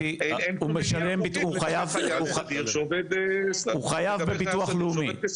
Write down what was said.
הוא חייב בביטוח לאומי.